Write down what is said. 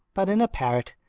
but in a parrot,